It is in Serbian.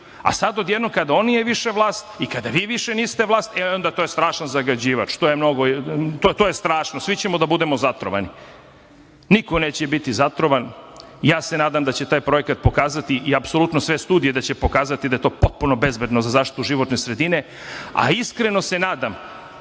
a sad odjednom kada on nije više vlast i kada vi više niste vlast, e, onda je to strašan zagađivač, to je strašno, svi ćemo da budemo zatrovani. Niko neće biti zatrovan. Ja se nadam da će taj projekat pokazati i apsolutno sve studije da će pokazati da je to potpuno bezbedno za zaštitu životne sredine, a iskreno se nadam